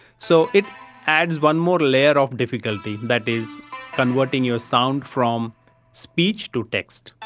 so it adds one more layer of difficulty that is converting your sound from speech to text.